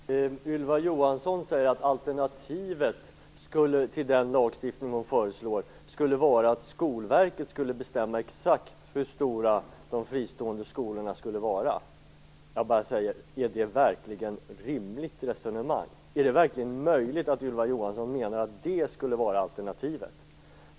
Herr talman! Ylva Johansson säger att alternativet till den lagstiftning hon föreslår skulle vara att Skolverket skulle bestämma exakt hur stora de fristående skolorna skulle vara. Jag säger bara: Är det verkligen ett rimligt resonemang? Är det verkligen möjligt att Ylva Johansson menar att det skulle vara alternativet?